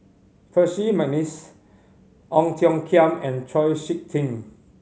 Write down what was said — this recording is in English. Percy McNeice Ong Tiong Khiam and Chau Sik Ting